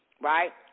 Right